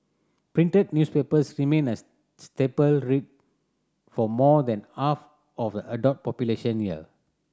printed newspapers remain a staple read for more than half of a adult population here